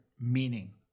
meaning